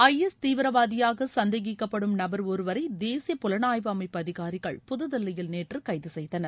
ஐ S தீவிரவாதியாக சந்தேகிக்கப்படும் நபர் ஒருவரை தேசிய புலனாய்வு அமைப்பு அதிகாரிகள் புதுதில்லியில் நேற்று கைது செய்தனர்